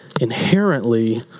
inherently